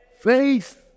faith